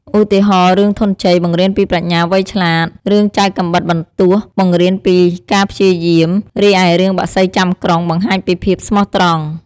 ឧទាហរណ៍ រឿងធនញ្ជ័យបង្រៀនពីប្រាជ្ញាវៃឆ្លាត រឿងចៅកាំបិតបន្ទោះបង្រៀនពីការព្យាយាម រីឯរឿងបក្សីចាំក្រុងបង្ហាញពីភាពស្មោះត្រង់។